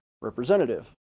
representative